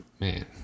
man